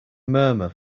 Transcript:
murmur